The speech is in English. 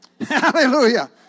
Hallelujah